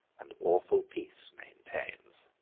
and awful peace maintains.